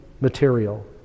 material